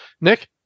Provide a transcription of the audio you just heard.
Nick